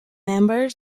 member